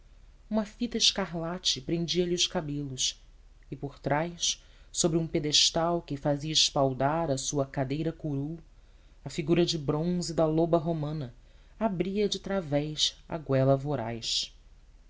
uma fita escarlate prendia lhe os cabelos e por trás sobre um pedestal que fazia espaldar à sua cadeira curul a figura de bronze da loba romana abria de través a goela voraz